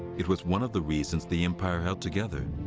it was one of the reasons the empire held together.